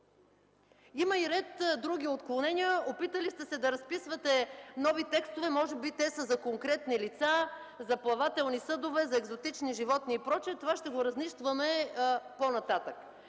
Има и ред други отклонения. Опитали сте се да разписвате нови текстове. Може би те са за конкретни лица, за плавателни съдове, за екзотични животни и прочие, това ще го разнищваме по-нататък.